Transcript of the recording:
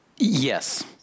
Yes